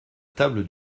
table